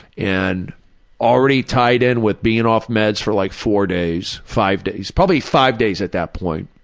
and already tied in with being off meds for like four days, five days, probably five days at that point.